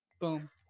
Boom